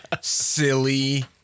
silly